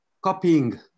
copying